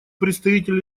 представитель